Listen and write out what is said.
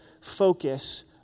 focus